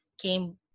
came